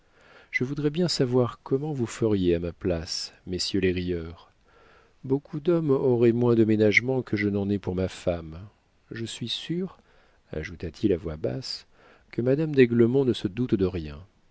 je voudrais bien savoir comment vous feriez à ma place messieurs les rieurs beaucoup d'hommes auraient moins de ménagements que je n'en ai pour ma femme je suis sûr ajouta-t-il à voix basse que madame d'aiglemont ne se doute de rien